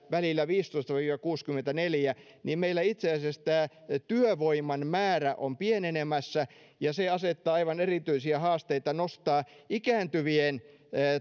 välillä viisitoista viiva kuusikymmentäneljä vuotiaat niin meillä itse asiassa tämä työvoiman määrä on pienenemässä ja se asettaa aivan erityisiä haasteita nostaa ikääntyvien